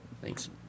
Thanks